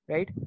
Right